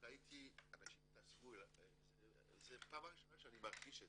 והרגשתי בפעם הראשונה פניקה.